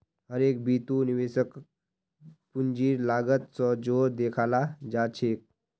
हर एक बितु निवेशकक पूंजीर लागत स जोर देखाला जा छेक